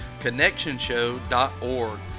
connectionshow.org